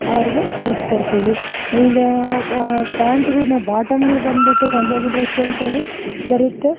ಅವ್ರಿಗೆ ಕಲಿಸ್ಕೊಡ್ತೀವಿ ಹಿಂಗೇ ಪ್ಯಾಂಟ್ಗಳ್ ಬಾಟಮ್ಗಳ್ ಬಂದ್ಬುಟ್ಟು ಪಂಜಾಬಿ ಡ್ರೆಸ್ ಅಂತೇಳಿ ಬರುತ್ತೆ